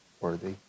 worthy